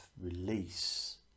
release